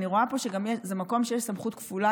אני רואה שזה מקום שיש גם סמכות כפולה